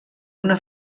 una